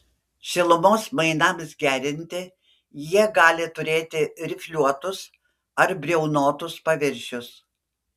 šilumos mainams gerinti jie gali turėti rifliuotus ar briaunotus paviršius